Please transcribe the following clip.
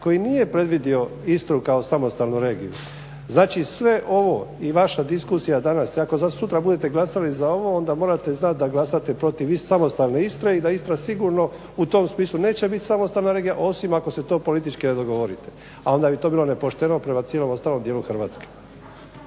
koji nije predvidio Istru kao samostalnu regiju. Znači, sve ovo i vaša diskusija danas, i ako sutra budete glasali za ovo, onda morate znati da glasate protiv samostalne Istre i da Istra sigurno u tom smislu neće biti samostalna regija osim ako se to politički dogovorite, a onda bi to bilo nepošteno prema cijelom ostalom dijelu Hrvatske.